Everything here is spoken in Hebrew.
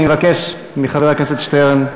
אני מבקש מחבר הכנסת שטרן,